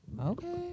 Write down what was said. Okay